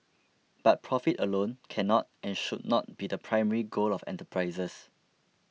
but profit alone cannot and should not be the primary goal of enterprises